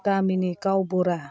गामिनि गावबुरा